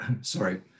sorry